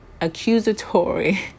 accusatory